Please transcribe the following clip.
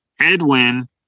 Edwin